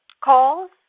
calls